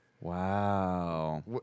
Wow